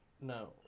No